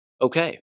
Okay